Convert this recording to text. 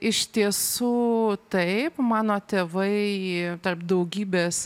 iš tiesų taip mano tėvai tarp daugybės